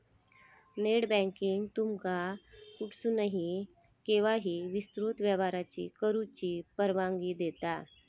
net banking तुमका कुठसूनही, केव्हाही विस्तृत व्यवहार करुची परवानगी देता